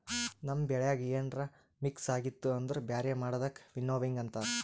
ನಮ್ ಬೆಳ್ಯಾಗ ಏನ್ರ ಮಿಕ್ಸ್ ಆಗಿತ್ತು ಅಂದುರ್ ಬ್ಯಾರೆ ಮಾಡದಕ್ ವಿನ್ನೋವಿಂಗ್ ಅಂತಾರ್